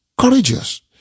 Courageous